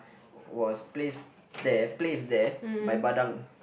was place there placed there by Badang